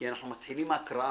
כי אנחנו מתחילים הקראה.